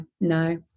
no